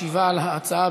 משיבה על ההצעה,